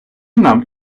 нам